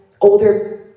older